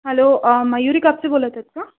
hello Mayuri Kapse बोलत आहेत का